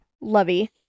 lovey